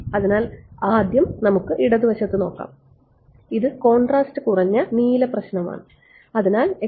അതിനാൽ നമുക്ക് ആദ്യം ഇടതുവശത്ത് നോക്കാം ഇത് കോൺട്രാസ്റ്റ് കുറഞ്ഞ പ്രശ്നമാണ് അതിനാൽ ആണ്